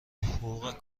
حقوق